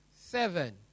seven